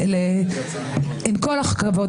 עם כל הכבוד,